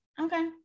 Okay